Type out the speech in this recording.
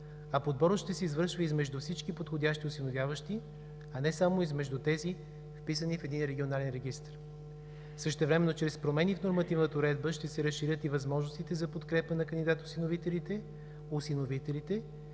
а подборът ще се извършва измежду всички подходящи осиновяващи, а не само измежду тези, вписани в един регионален регистър. Същевременно чрез промени в нормативната уредба ще се разширят и възможностите за подкрепа на кандидат-осиновителите, осиновителите